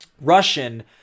Russian